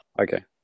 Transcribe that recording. Okay